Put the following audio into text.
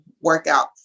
Workout